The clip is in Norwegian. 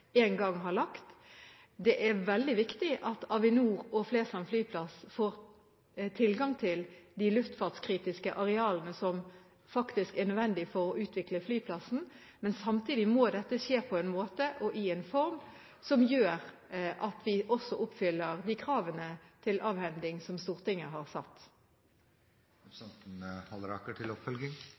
veldig viktig at Avinor og Flesland flyplass får tilgang til de luftfartskritiske arealene som faktisk er nødvendige for å utvikle flyplassen, men samtidig må dette skje på en måte og i en form som gjør at vi også oppfyller de kravene til avhending som Stortinget har